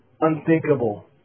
unthinkable